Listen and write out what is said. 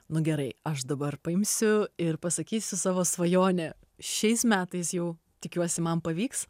nu gerai aš dabar paimsiu ir pasakysiu savo svajonę šiais metais jau tikiuosi man pavyks